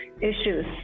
Issues